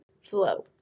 Flow